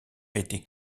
été